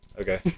Okay